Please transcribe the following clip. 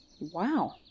Wow